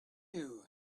you